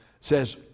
says